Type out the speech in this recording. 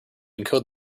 encode